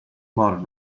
modern